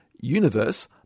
universe